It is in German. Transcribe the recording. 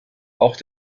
auch